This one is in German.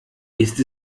ist